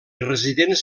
residents